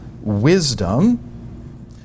wisdom